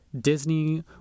Disney